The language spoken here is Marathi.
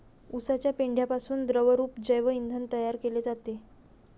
उसाच्या पेंढ्यापासून द्रवरूप जैव इंधन तयार केले जाते